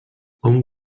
hom